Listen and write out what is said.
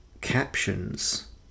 captions